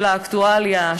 של האקטואליה,